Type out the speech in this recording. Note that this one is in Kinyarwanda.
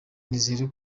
nizeye